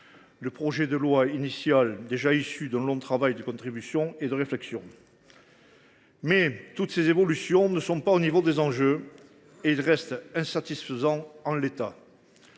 Le projet de loi initial était déjà issu d’un long travail de contributions et de réflexion. Néanmoins, toutes les évolutions ne sont pas au niveau des enjeux, et le texte reste insatisfaisant en l’état.